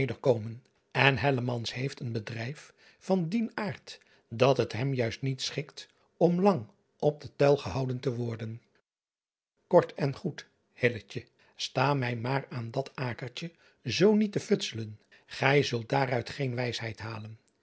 komen en heeft een bedrijf van dien aard dat het hem juist niet schikt om lang op den tuil gehouden te worden ort en goed driaan oosjes zn et leven van illegonda uisman sta mij maar aan dat akertje zoo niet te futselen gij zult daaruit geen wijsheid halen